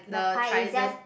the pie is just